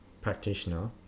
practitioner